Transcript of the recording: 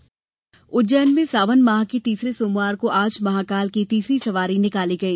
महाकाल सवारी उज्जैन में श्रावण माह के तीसरे सोमवार को आज महाकाल की तीसरी सवारी निकाली गई